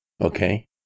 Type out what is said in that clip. Okay